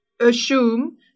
assume